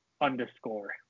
underscore